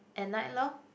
at night lor